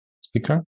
speaker